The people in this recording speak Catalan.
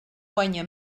guanya